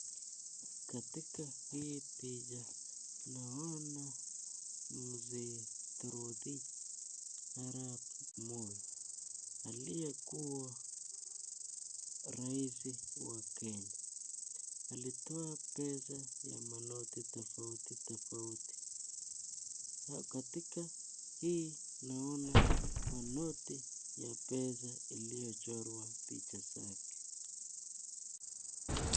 Katika hii picha naona mzee Toroitich Arap Moi aliyekuwa raisi wa Kenya alitoa pesa ya manoti tofauti tofauti . Katika hii naona manoti ya pesa iliyochorwa picha zake.